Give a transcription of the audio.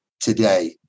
today